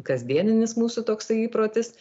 kasdieninis mūsų toksai įprotis